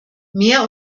mehr